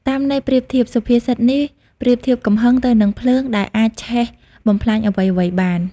តាមន័យប្រៀបធៀប សុភាសិតនេះប្រៀបធៀបកំហឹងទៅនឹងភ្លើងដែលអាចឆេះបំផ្លាញអ្វីៗបាន។